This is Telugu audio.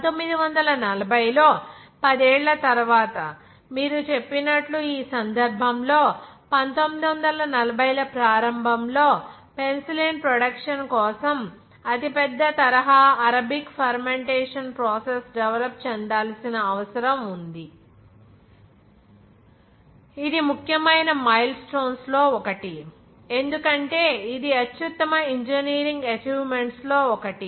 1940 లో పదేళ్ల తరువాత మీరు చెప్పినట్లు ఈ సందర్భంలో 1940 ల ప్రారంభంలో పెన్సిలిన్ ప్రొడక్షన్ కోసం అతిపెద్ద తరహా అరబిక్ ఫెర్మెంటేషన్ ప్రాసెస్ డెవలప్ చెందాల్సిన అవసరం ఉంది ఇది ముఖ్యమైన మైల్ స్టోన్స్ లో ఒకటి ఎందుకంటే ఇది అత్యుత్తమ ఇంజనీరింగ్ అచివ్మెంట్స్ లో ఒకటి